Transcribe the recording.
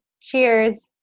Cheers